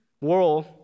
world